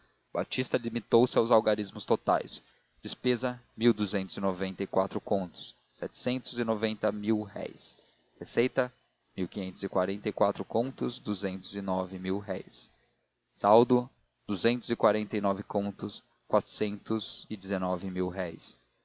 finanças batista limitou-se aos algarismos totais despesa mil duzentos e noventa e quatro contos setecentos e noventa mil-réis receita mil quinhentos e quarenta e quatro contos duzentos e nove mil-réis saldo duzentos e quarenta e nove contos quatrocentos e dezenove